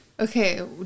Okay